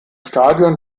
stadion